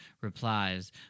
replies